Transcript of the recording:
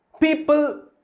People